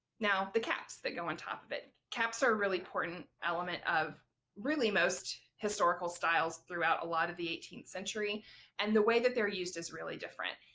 now the caps that go on top of it. caps are a really important element of really most historical styles throughout a lot of the eighteenth century and the way that they're used is really different.